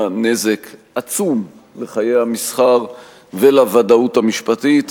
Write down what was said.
נזק עצום לחיי המסחר ולוודאות המשפטית,